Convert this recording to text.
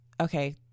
Okay